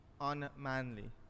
unmanly